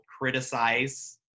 criticize